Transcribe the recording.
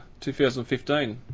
2015